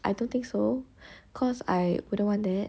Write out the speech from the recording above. I don't think so cause I wouldn't want that